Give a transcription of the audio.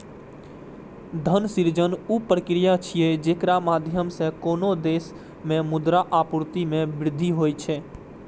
धन सृजन ऊ प्रक्रिया छियै, जेकरा माध्यम सं कोनो देश मे मुद्रा आपूर्ति मे वृद्धि होइ छै